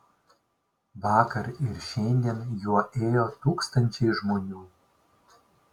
vakar ir šiandien juo ėjo tūkstančiai žmonių